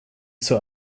zur